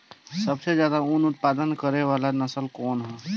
सबसे ज्यादा उन उत्पादन करे वाला नस्ल कवन ह?